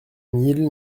mille